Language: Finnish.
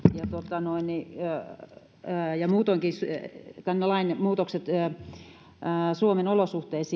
saimme muutoinkin tämän lain muutokset vastaamaan suomen olosuhteita